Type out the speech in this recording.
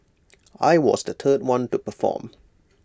I was the third one to perform